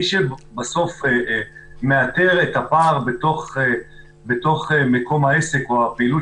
מי שבסוף מאתר את הפער בתוך מקום העסק או את הפעילות